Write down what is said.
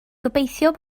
gobeithio